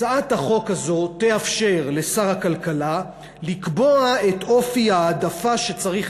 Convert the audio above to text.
הצעת החוק הזאת תאפשר לשר הכלכלה לקבוע את אופי ההעדפה שצריך